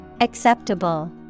acceptable